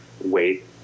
wait